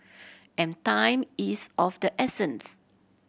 and time is of the essence